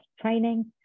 training